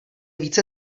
více